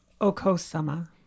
Okosama